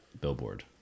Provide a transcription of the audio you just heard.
billboard